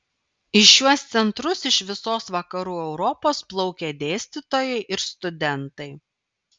į šiuos centrus iš visos vakarų europos plaukė dėstytojai ir studentai